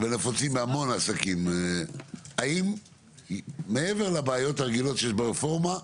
-- ונפוצים בהמון עסקים מעבר לבעיות הרגילות שיש ברפורמה,